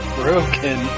broken